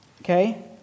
okay